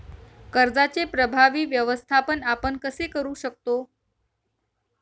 कर्जाचे प्रभावी व्यवस्थापन आपण कसे करु शकतो?